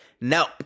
Nope